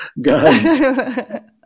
God